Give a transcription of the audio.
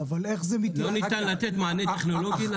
לא ניתן לתת מענה טכנולוגי לזה?